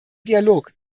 dialog